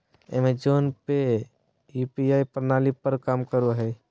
Amazon Pay UPI प्रणाली पर काम करो हय